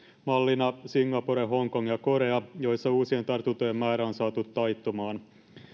mallina singapore hongkong ja korea joissa uusien tartuntojen määrä on saatu taittumaan